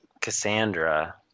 Cassandra